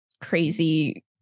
crazy